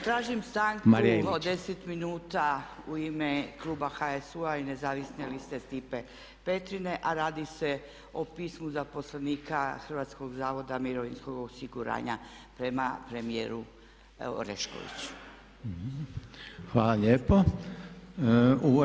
Tražim stanku od 10 minuta u ime kluba HSU-a i nezavisne liste Stipe Petrine a radi se o pismu zaposlenika Hrvatskog zavoda za mirovinsko osiguranje prema premijeru Oreškoviću.